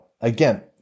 again